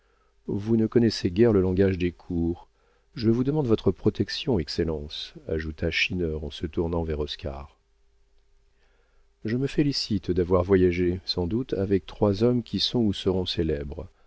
vous ne connaissez guère le langage des cours je vous demande votre protection excellence ajouta schinner en se tournant vers oscar je me félicite d'avoir voyagé sans doute avec trois hommes qui sont ou seront